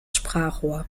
sprachrohr